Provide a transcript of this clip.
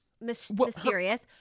mysterious